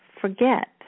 forget